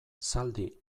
zaldi